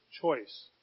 choice